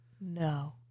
No